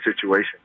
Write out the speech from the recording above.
situation